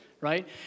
right